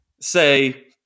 say